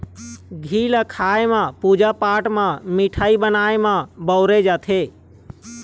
घींव ल खाए म, पूजा पाठ म, मिठाई बनाए म बउरे जाथे